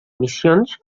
missions